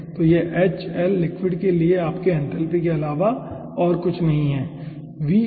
तो यह लिक्विड के लिए आपकी एन्थैल्पी के अलावा और कुछ नहीं है